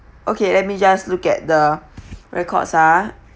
okay let me just look at the record ha